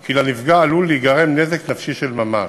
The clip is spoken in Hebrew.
כי לנפגע עלול להיגרם נזק נפשי של ממש.